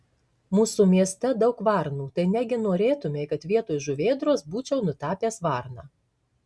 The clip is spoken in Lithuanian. mūsų mieste daug varnų tai negi norėtumei kad vietoj žuvėdros būčiau nutapęs varną